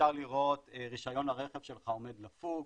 אפשר לראות שרישיון הרכב שלך עומד לפוג,